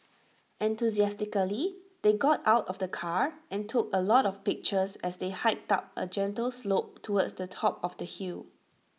enthusiastically they got out of the car and took A lot of pictures as they hiked up A gentle slope towards the top of the hill